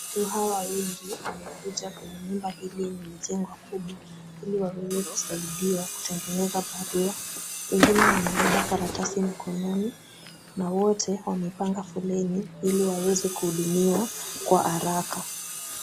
Watu hawa wengi wamekuja kwenye nyumba hili limejengwa kubwa ili waweze kusaidiwa kutengeneza barua wengine wamebeba karatasi mikononi na wote wamepanga foleni, ili waweze kuhudumiwa kwa haraka.